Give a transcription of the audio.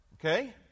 okay